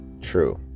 true